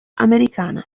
americana